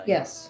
Yes